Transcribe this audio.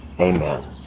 Amen